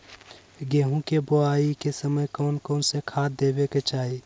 गेंहू के बोआई के समय कौन कौन से खाद देवे के चाही?